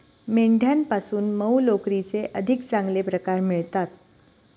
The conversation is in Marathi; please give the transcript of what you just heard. मेंढ्यांपासून मऊ लोकरीचे अधिक चांगले प्रकार मिळतात